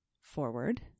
forward